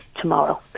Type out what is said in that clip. tomorrow